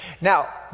Now